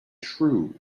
true